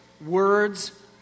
words